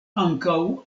ankaŭ